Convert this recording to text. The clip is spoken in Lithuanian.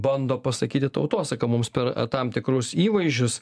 bando pasakyti tautosaka mums per tam tikrus įvaizdžius